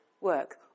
work